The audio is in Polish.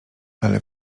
ale